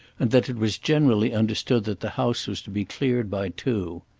and that it was generally understood that the house was to be cleared by two.